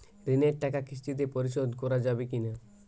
ঋণের টাকা কিস্তিতে পরিশোধ করা যাবে কি না?